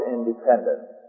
Independence